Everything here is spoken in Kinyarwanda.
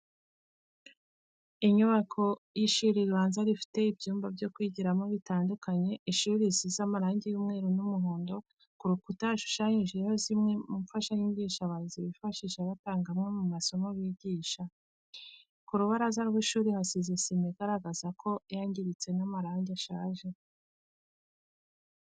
Inyubako y'ishuri ribanza rifite ibyumba byo kwigiramo bitandukanye ishuri risize amarangi y'umweru n'umuhondo, ku rukuta hashushanyijeho zimwe mu mfashanyigisho abarezi bifashisha batanga amwe mu masomo bigisha. Ku rubaraza rw'ishuri hasize sima igaragara ko yangiritse n'amarangi arashaje.